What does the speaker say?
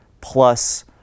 plus